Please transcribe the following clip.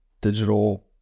digital